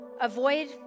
Avoid